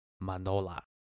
Manola